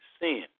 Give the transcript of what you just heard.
sin